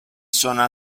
sono